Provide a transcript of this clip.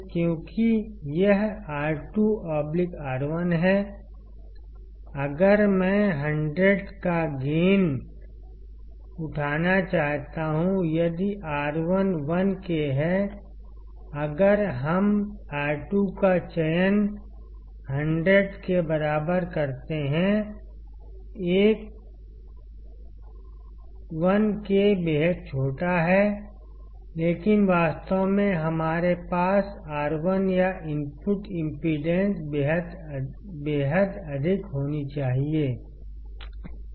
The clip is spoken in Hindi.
क्योंकि यह R2 R1 है अगर मैं 100 का गेन उठाना चाहता हूं यदि R1 1K है अगर हम R2 का चयन 100 के बराबर करते हैं 1K बेहद छोटा है लेकिन वास्तव में हमारे पास R1 या इनपुट इम्पीडेन्स बेहद अधिक होनी चाहिए